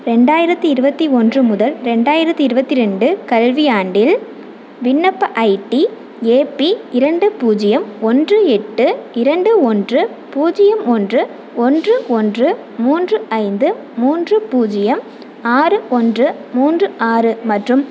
இரண்டாயிரத்து இருபத்தி ஒன்று முதல் ரெண்டாயிரத்து இருபத்தி ரெண்டு கல்வியாண்டில் விண்ணப்ப ஐடி ஏபி இரண்டு பூஜ்ஜியம் ஒன்று எட்டு இரண்டு ஒன்று பூஜ்ஜியம் ஒன்று ஒன்று ஒன்று மூன்று ஐந்து மூன்று பூஜ்ஜியம் ஆறு ஒன்று மூன்று ஆறு மற்றும்